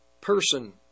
person